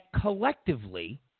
collectively